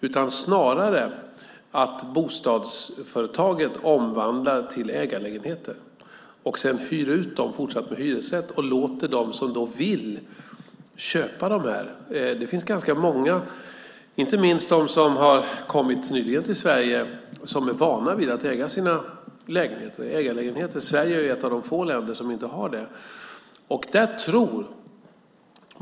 Snarare vill man att bostadsföretaget omvandlar till ägarlägenheter och sedan hyr ut dem fortsatt med hyresrätt och låter dem som då vill köpa dem. Det finns ganska många, inte minst de som har kommit nyligen till Sverige, som är vana vid att äga sina lägenheter, ägarlägenheter. Sverige är ett av de få länder som inte har ägarlägenheter.